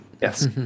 Yes